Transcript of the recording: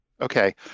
Okay